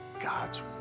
God's